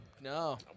No